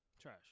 Trash